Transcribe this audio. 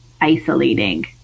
isolating